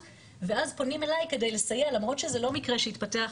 ואז פונים אלי כדי לסייע למרות שזה לא מקרה שהתפתח,